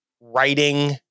writing